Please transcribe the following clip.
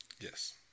Yes